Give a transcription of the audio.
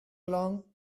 along